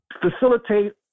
facilitate